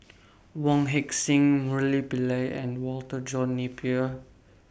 Wong Heck Sing Murali Pillai and Walter John Napier